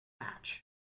match